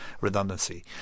redundancy